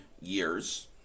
years